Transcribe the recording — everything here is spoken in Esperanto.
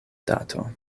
dato